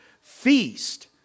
feast